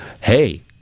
hey